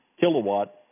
kilowatt